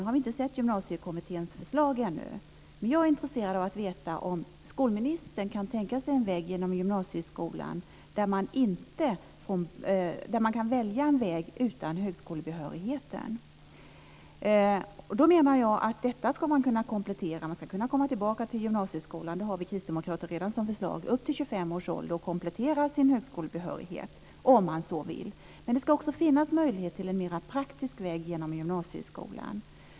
Nu har vi inte sett Gymnasiekommitténs förslag ännu, men jag är intresserad av att veta om skolministern kan tänka sig en gymnasieskola där man kan välja en väg utan högskolebehörighet. Jag menar att man ska kunna komplettera detta. Man ska kunna komma tillbaka till gymnasieskolan. Det har vi kristdemokrater redan som förslag. Man ska kunna komma tillbaka upp till 25 års ålder och komplettera sin högskolebehörighet om man så vill. Men det ska också finnas möjlighet till en mer praktiskt väg genom gymnasieskolan.